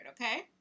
Okay